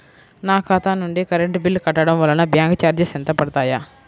నా ఖాతా నుండి కరెంట్ బిల్ కట్టడం వలన బ్యాంకు చార్జెస్ ఎంత పడతాయా?